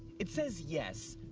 it says yes.